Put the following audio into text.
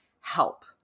help